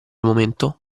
momento